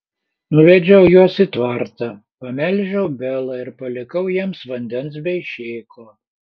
nuvedžiau juos į tvartą pamelžiau belą ir palikau jiems vandens bei šėko